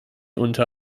unter